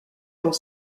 dans